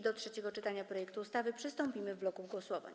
Do trzeciego czytania projektu ustawy przystąpimy w bloku głosowań.